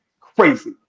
Crazy